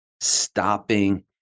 stopping